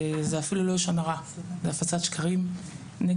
זה אפילו לא לשון הרע, זו הפצת שקרים נגדי.